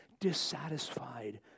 dissatisfied